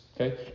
okay